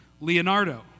Leonardo